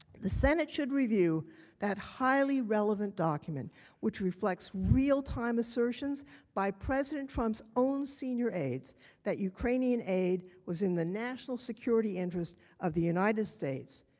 the senate should review that highly relevant document which reflects realtime assertions by president trump's own senior aid that ukrainian aid was in the national security interest of the united states.